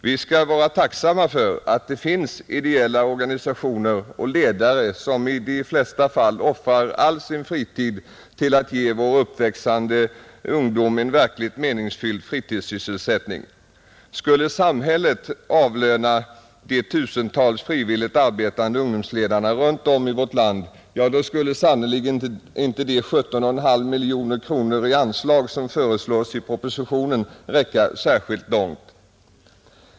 Vi skall vara tacksamma för att det finns ideella organisationer och ledare som i de flesta fall offrar all sin fritid för att ge vår uppväxande ungdom en verkligt meningsfylld fritidssysselsättning. Skulle samhället avlöna de tusentals frivilligt arbetande ungdomsledarna runt om i vårt land, då skulle sannerligen inte de 17,5 miljoner kronor i anslag som föreslås i propositionen räcka särskilt långt.